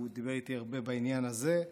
הוא דיבר איתי הרבה בעניין הזה.